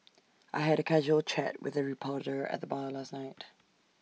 I had A casual chat with A reporter at the bar last night